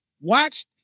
Watch